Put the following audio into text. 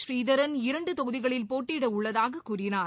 புநீதரன் இரண்டு தொகுதிகளில் போட்டியிட உள்ளதாக கூறினார்